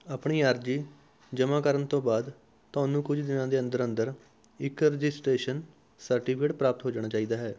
ਆਪਣੀ ਅਰਜ਼ੀ ਜਮ੍ਹਾਂ ਕਰਨ ਤੋਂ ਬਾਅਦ ਤੁਹਾਨੂੰ ਕੁਝ ਦਿਨਾਂ ਦੇ ਅੰਦਰ ਅੰਦਰ ਇੱਕ ਰਜਿਸਟ੍ਰੇਸ਼ਨ ਸਰਟੀਫਿਕੇਟ ਪ੍ਰਾਪਤ ਹੋ ਜਾਣਾ ਚਾਹੀਦਾ ਹੈ